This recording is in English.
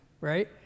right